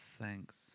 Thanks